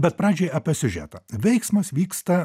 bet pradžiai apie siužetą veiksmas vyksta